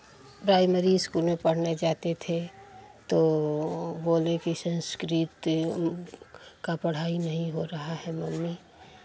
primary school में पढ़ने जाते थे तो बोले कि संस्कृत का पढ़ाई नहीं हो रहा है मम्मी